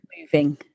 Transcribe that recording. moving